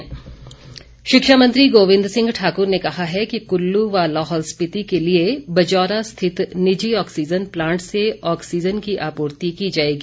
शिक्षा मंत्री शिक्षा मंत्री गोविंद सिंह ठाकुर ने कहा है कि कुल्लू व लाहौल स्पीति के लिए बजौरा स्थित निजी ऑक्सीज़न प्लांट से ऑक्सीज़न की आपूर्ति की जाएगी